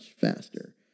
faster